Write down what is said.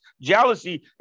jealousy